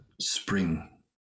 spring